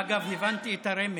אגב, הבנתי את הרמז.